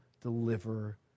deliver